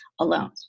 alone